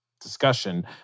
discussion